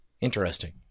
interesting